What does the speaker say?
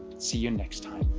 see you next time.